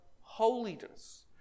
holiness